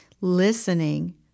listening